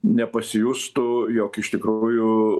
nepasijustų jog iš tikrųjų